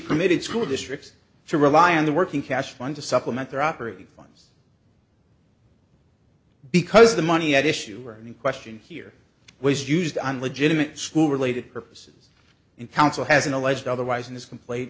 permitted school districts to rely on the working cash fund to supplement their operating funds because the money at issue or any question here was used on legitimate school related purposes and counsel has an alleged otherwise in this compl